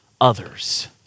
others